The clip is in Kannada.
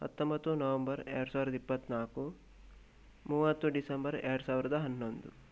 ಹತ್ತೊಂಬತ್ತು ನವೆಂಬರ್ ಎರಡು ಸಾವಿರದ ಇಪ್ಪತ್ತ್ನಾಲ್ಕು ಮೂವತ್ತು ಡಿಸೆಂಬರ್ ಎರಡು ಸಾವಿರದ ಹನ್ನೊಂದು